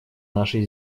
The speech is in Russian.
нашей